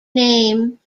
name